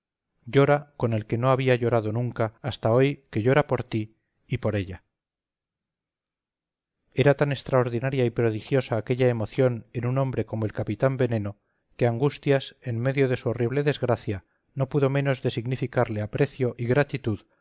llora con el que no había llorado nunca hasta hoy que llora por ti y por ella era tan extraordinaria y prodigiosa aquella emoción en un hombre como el capitán veneno que angustias en medio de su horrible desgracia no pudo menos de significarle aprecio y gratitud